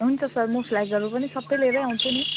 हुन्छ सर म फ्ल्यागहरू पनि सबै लिएरै आउँछु नि